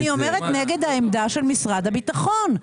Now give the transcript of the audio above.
אני אומרת נגד העמדה של משרד הביטחון.